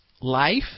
life